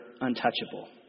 untouchable